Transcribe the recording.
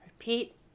Repeat